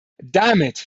damit